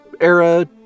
era